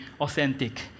authentic